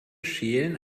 schälen